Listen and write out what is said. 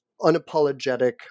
unapologetic